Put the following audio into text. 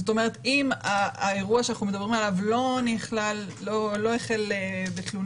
זאת אומרת שאם האירוע שאנחנו מדברים עליו לא החל בתלונה